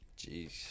jeez